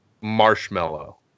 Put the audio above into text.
marshmallow